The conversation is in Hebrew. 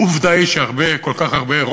עובדה היא שהרבה כל כך הרבה,